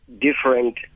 different